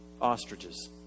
ostriches